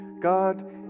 God